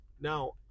Now